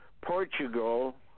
Portugal